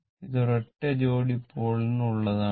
ഇത് ഒരൊറ്റ ജോഡി പോളിന് ഉള്ളത് ആണ്